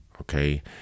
okay